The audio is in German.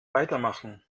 weitermachen